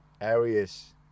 areas